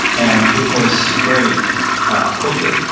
and it was spreading quickly.